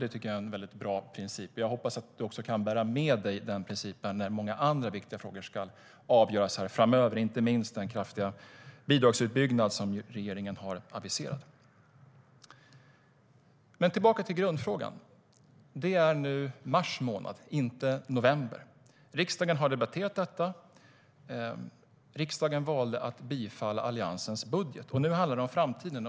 Det är en väldigt bra princip, och jag hoppas att hon kan bära med sig den principen när många andra viktiga frågor ska avgöras framöver, inte minst den kraftiga bidragsutbyggnad som regeringen har aviserat. Jag vill gå tillbaka till grundfrågan. Det är nu mars månad, inte november. Riksdagen har debatterat detta. Riksdagen valde att bifalla Alliansens budget, och nu handlar det om framtiden.